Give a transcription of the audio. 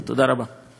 תודה רבה לך,